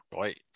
Right